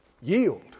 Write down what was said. yield